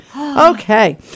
Okay